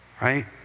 right